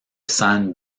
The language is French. san